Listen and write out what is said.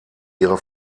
ihre